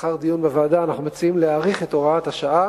לאחר דיון בוועדה אנחנו מציעים להאריך את הוראת השעה